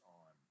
on